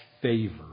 favor